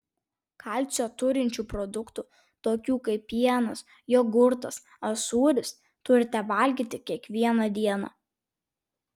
kalcio turinčių produktų tokių kaip pienas jogurtas ar sūris turite valgyti kiekvieną dieną